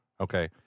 Okay